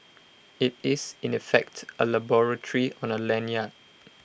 IT is in effect A laboratory on A lanyard